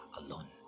alone